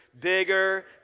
bigger